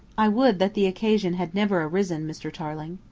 i would that the occasion had never arisen, mr. tarling.